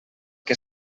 que